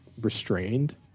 restrained